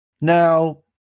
Now